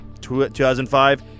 2005